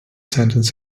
sentence